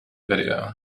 video